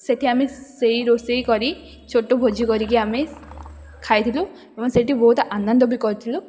ସେଇଠି ଆମେ ସେହି ରୋଷେଇ କରି ଛୋଟ ଭୋଜି କରିକି ଆମେ ଖାଇଥିଲୁ ଏବଂ ସେଇଠି ବହୁତ ଆନନ୍ଦ ବି କରିଥିଲୁ